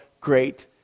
great